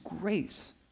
grace